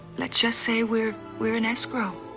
let's just say we're we're in escrow.